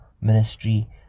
ministry